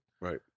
Right